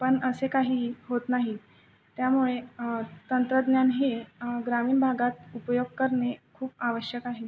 पण असे काहीही होत नाही त्यामुळे तंत्रज्ञान हे ग्रामीण भागात उपयोग करणे खूप आवश्यक आहे